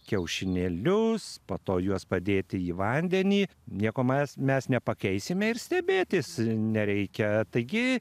kiaušinėlius po to juos padėti į vandenį nieko mes mes nepakeisime ir stebėtis nereikia taigi